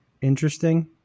interesting